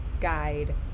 guide